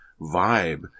vibe